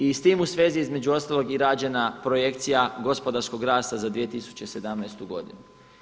I s tim u svezi između ostalog je i rađena projekcija gospodarskog rasta za 2017. godinu.